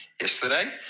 yesterday